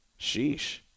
Sheesh